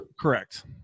Correct